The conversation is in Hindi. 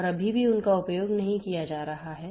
और अभी भी उनका उपयोग नहीं किया जा रहा है